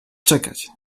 czekać